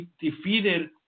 defeated